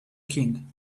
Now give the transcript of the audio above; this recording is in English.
king